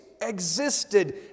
existed